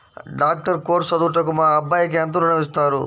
Doctor course చదువుటకు మా అబ్బాయికి ఎంత ఋణం ఇస్తారు?